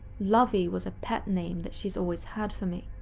lovie was a pet name that she's always had for me.